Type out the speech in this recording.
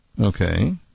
Okay